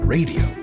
Radio